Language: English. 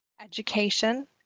education